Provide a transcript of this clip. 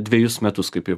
dvejus metus kaip jau